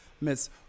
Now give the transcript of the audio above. miss